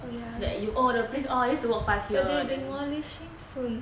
that you oh the place I used to walk past here then